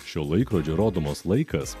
šio laikrodžio rodomas laikas